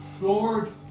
Lord